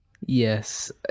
Yes